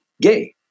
gay